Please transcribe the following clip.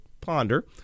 ponder